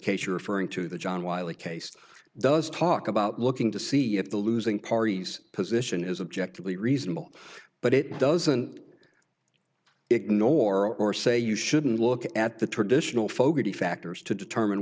case you're referring to the john wiley case does talk about looking to see if the losing party's position is objectively reasonable but it doesn't ignore or say you shouldn't look at the traditional folk of the factors to determine